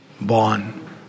born